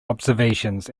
observations